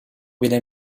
bile